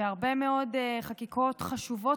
והרבה מאוד חקיקות חשובות,